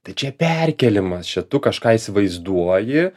tai čia perkėlimas čia tu kažką įsivaizduoji